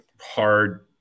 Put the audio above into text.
hard